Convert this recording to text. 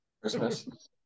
Christmas